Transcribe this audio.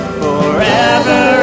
forever